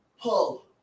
pull